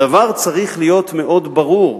הדבר צריך להיות מאוד ברור,